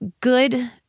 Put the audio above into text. good